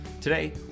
Today